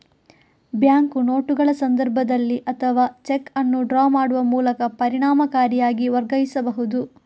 bank ನೋಟುಗಳ ಸಂದರ್ಭದಲ್ಲಿ ಅಥವಾ ಚೆಕ್ ಅನ್ನು ಡ್ರಾ ಮಾಡುವ ಮೂಲಕ ಪರಿಣಾಮಕಾರಿಯಾಗಿ ವರ್ಗಾಯಿಸಬಹುದು